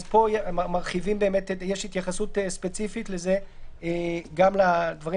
אז פה יש התייחסות ספציפית לזה גם לדברים